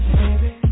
baby